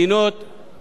צד שלישי,